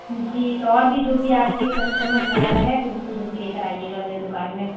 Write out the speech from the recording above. جی تو اور بھی جو بھی آپ کے کسٹمر وغیرہ ہیں تو اُن کو ضرور لے کر آئیے گا میری دُکان میں